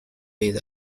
bit